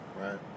right